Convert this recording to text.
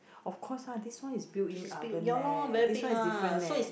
of course lah this one is built in oven leh this one is different leh